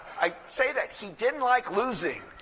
i say that he didn't like losing.